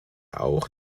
auch